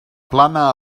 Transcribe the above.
plana